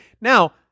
Now